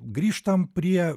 grįžtam prie